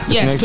Yes